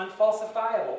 unfalsifiable